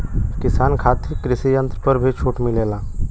किसान खातिर कृषि यंत्र पर भी छूट मिलेला?